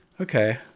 Okay